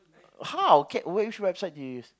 !huh! okay which website do you use